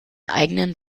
eigenen